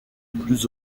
plus